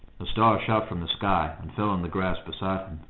a star shot from the sky, and fell in the grass beside him.